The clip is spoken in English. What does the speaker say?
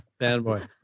fanboy